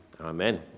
Amen